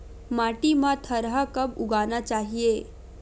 माटी मा थरहा कब उगाना चाहिए?